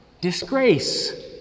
disgrace